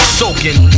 soaking